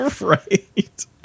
Right